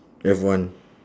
F one